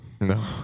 No